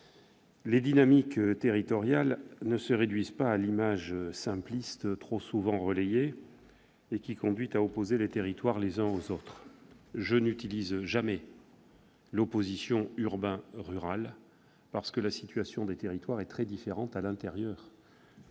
Les dynamiques territoriales ne se réduisent pas à l'image simpliste, trop souvent relayée, qui conduit à opposer les territoires les uns aux autres. Je n'utilise jamais l'opposition urbain-rural, parce que la situation des territoires est très différente à l'intérieur